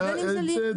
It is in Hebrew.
ובין אם זה מינוי.